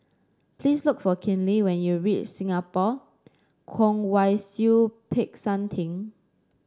please look for Kinley when you reach Singapore Kwong Wai Siew Peck San Theng